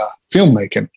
filmmaking